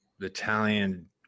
Italian